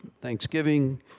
Thanksgiving